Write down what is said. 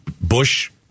Bush